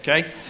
okay